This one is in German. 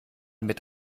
mit